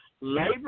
labor